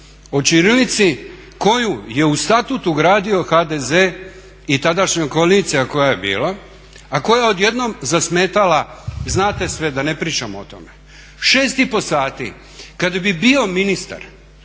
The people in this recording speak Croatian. o ćirilici koju je u statut ugradio HDZ i tadašnja koalicija koja je bila, a koja je odjednom zasmetala, znate sve, da ne pričam o tome. 6 i pol sati. Kada bi bio ministar